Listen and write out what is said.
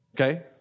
Okay